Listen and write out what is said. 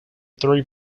three